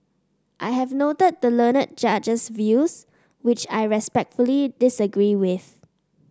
I have noted the learned Judge's views which I respectfully disagree with